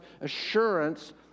assurance